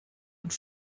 und